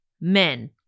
Men